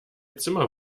zimmer